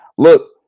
Look